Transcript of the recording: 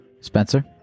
Spencer